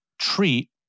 treat